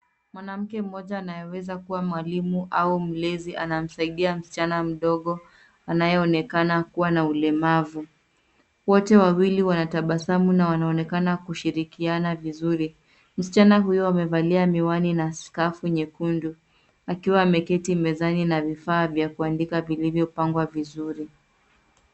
Mwanamke moja anayeweza kuwa mwalimu au mlezi anamsaidia msichana mdogo anayeonekana kuwa na ulemavu. Wote wawili wanatabasamu na wanaonekana kushirikiana vizuri. Msichana huyo amevalia miwani na skafu nyekundu akiwa ameketi mezani na vifaa vya kuandika vilivyopangwa vizuri.